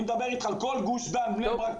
אני מדבר אתך על כל גוש דן בני ברק,